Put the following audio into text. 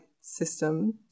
system